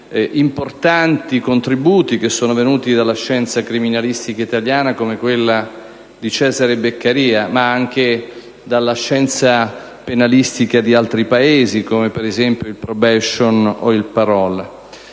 importanti contributi che sono venuti dalla scienza criminalistica italiana, come quello di Cesare Beccaria, ma anche dalla scienza penalistica di altri Paesi, come per esempio il *probation* o il *parole*.